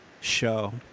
show